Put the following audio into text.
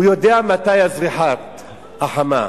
הוא יודע מתי זריחת החמה,